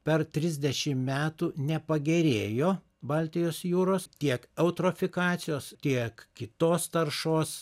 per trisdešim metų nepagerėjo baltijos jūros tiek eutrofikacijos tiek kitos taršos